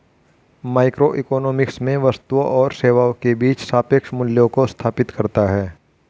microeconomics में वस्तुओं और सेवाओं के बीच सापेक्ष मूल्यों को स्थापित करता है